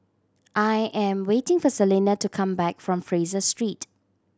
I am waiting for Celina to come back from Fraser Street